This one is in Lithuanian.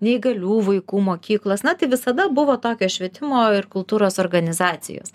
neįgalių vaikų mokyklos na tai visada buvo tokios švietimo ir kultūros organizacijos